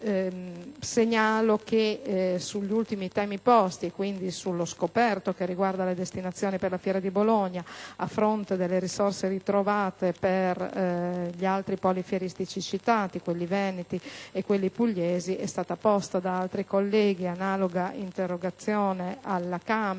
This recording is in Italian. Segnalo che sugli ultimi temi posti, e quindi sullo scoperto che riguarda le destinazioni per la fiera di Bologna, a fronte delle risorse ritrovate per gli altri poli fieristici citati, quelli veneti e quelli pugliesi, è stato presentato da altri colleghi un analogo atto di sindacato